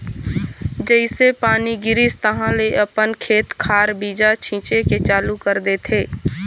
जइसे पानी गिरिस तहाँले अपन खेत खार बीजा छिचे के चालू कर देथे